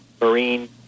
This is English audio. marine